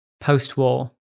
post-war